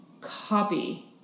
copy